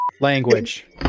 Language